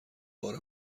بار